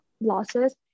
losses